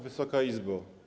Wysoka Izbo!